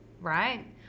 right